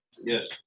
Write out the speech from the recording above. Yes